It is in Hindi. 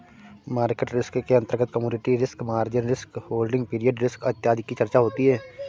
मार्केट रिस्क के अंतर्गत commodity risk, margin risk, holding period risk इत्यादि की चर्चा होती है